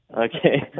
Okay